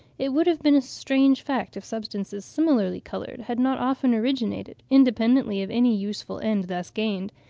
it would have been a strange fact if substances similarly coloured had not often originated, independently of any useful end thus gained,